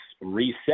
reset